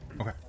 okay